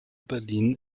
berlin